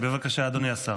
בבקשה, אדוני השר.